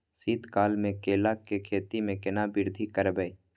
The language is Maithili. शीत काल मे केला के खेती में केना वृद्धि करबै?